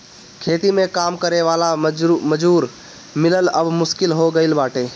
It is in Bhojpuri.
खेती में काम करे वाला मजूर मिलल अब मुश्किल हो गईल बाटे